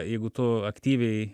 jeigu tu aktyviai